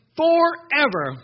forever